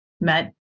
met